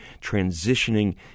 transitioning